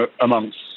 amongst